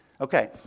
Okay